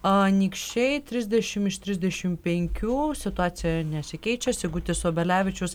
anykščiai trisdešimt iš trisdešimt penkių situacija nesikeičia sigutis obelevičius